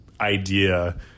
idea